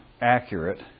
accurate